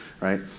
Right